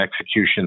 execution